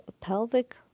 Pelvic